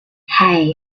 hey